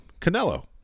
Canelo